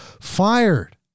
fired